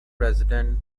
resident